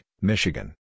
Michigan